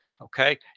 Okay